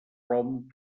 rom